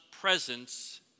presence